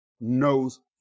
knows